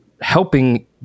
helping